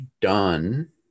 done